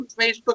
Facebook